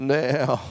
now